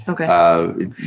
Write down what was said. Okay